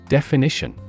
Definition